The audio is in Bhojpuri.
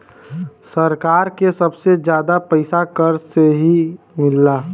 सरकार के सबसे जादा पइसा कर से ही मिलला